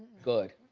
good,